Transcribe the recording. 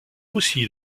aussi